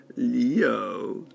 Leo